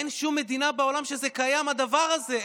אין שום מדינה בעולם שזה קיים, הדבר הזה.